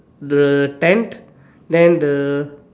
the tenth then the